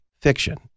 fiction